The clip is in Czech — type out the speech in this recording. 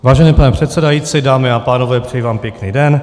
Vážený pane předsedající, dámy a pánové, přeji vám pěkný den.